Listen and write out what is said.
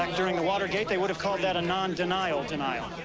um during the waterga they would have called that a non-denial denial.